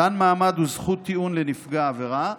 מתן מעמד וזכות טיעון לנפגע העבירה,